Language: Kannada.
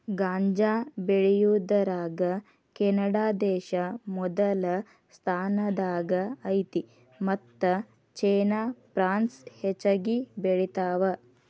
ಗಾಂಜಾ ಬೆಳಿಯುದರಾಗ ಕೆನಡಾದೇಶಾ ಮೊದಲ ಸ್ಥಾನದಾಗ ಐತಿ ಮತ್ತ ಚೇನಾ ಪ್ರಾನ್ಸ್ ಹೆಚಗಿ ಬೆಳಿತಾವ